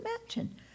imagine